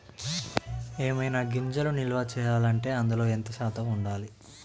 ఏవైనా గింజలు నిల్వ చేయాలంటే అందులో ఎంత శాతం ఉండాలి?